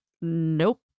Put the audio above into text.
Nope